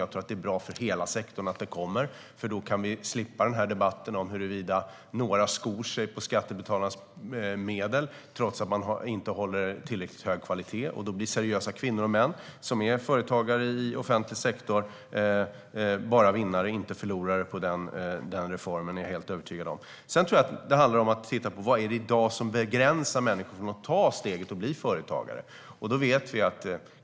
Jag tror att det är bra för hela sektorn att den kommer, för då kan vi slippa den här debatten om huruvida några skor sig på skattebetalarnas medel trots att de inte håller tillräckligt hög kvalitet. Seriösa kvinnor och män som är företagare i offentlig sektor blir bara vinnare och inte förlorare på en sådan reform. Det är jag helt övertygad om. Sedan tror jag att det gäller att titta på vad det är som i dag begränsar människor och förhindrar dem att ta steget och bli företagare.